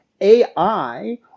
AI